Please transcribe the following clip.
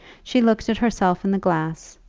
she looked at herself in the glass,